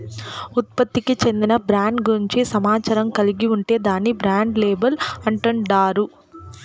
ఉత్పత్తికి చెందిన బ్రాండ్ గూర్చి సమాచారం కలిగి ఉంటే దాన్ని బ్రాండ్ లేబుల్ అంటాండారు